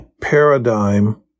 paradigm